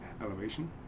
Elevation